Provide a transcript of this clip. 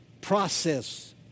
Process